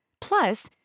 Plus